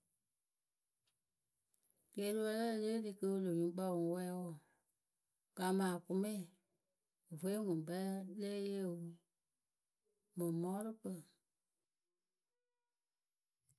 Keeriwǝ le wǝ e lée ri kɨ lö nyuŋkpǝ wɨ ŋ wɛɛ wǝǝ kamɨ akʊmɛ vwe ŋwɨ ŋkpɛ le yee wɨ mɨ ŋ mɔɔrʊkpǝ.